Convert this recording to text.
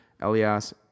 Elias